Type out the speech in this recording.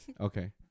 Okay